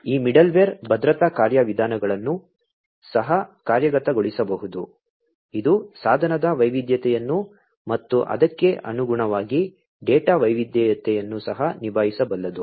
ಈ ಮಿಡಲ್ವೇರ್ ಭದ್ರತಾ ಕಾರ್ಯವಿಧಾನಗಳನ್ನು ಸಹ ಕಾರ್ಯಗತಗೊಳಿಸಬಹುದು ಇದು ಸಾಧನದ ವೈವಿಧ್ಯತೆಯನ್ನು ಮತ್ತು ಅದಕ್ಕೆ ಅನುಗುಣವಾಗಿ ಡೇಟಾ ವೈವಿಧ್ಯತೆಯನ್ನು ಸಹ ನಿಭಾಯಿಸಬಲ್ಲದು